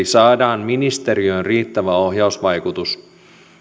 saadaan ministeriöön riittävä ohjausvaikutus